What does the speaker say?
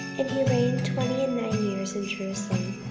and he reigned twenty and nine years in jerusalem.